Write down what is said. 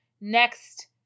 next